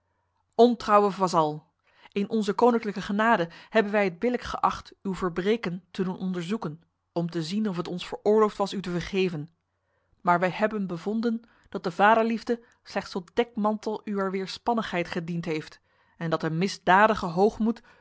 ontrouwe vazal in onze koninklijke genade hebben wij het billijk geacht uw verbreken te doen onderzoeken om te zien of het ons veroorloofd was u te vergeven maar wij hebben bevonden dat de vaderliefde slechts tot dekmantel uwer weerspannigheid gediend heeft en dat een misdadige